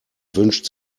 wünscht